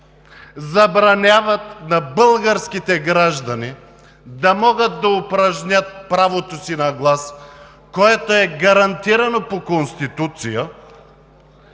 забраняват на българските граждани да могат да упражнят правото си на глас, което е гарантирано по Конституция,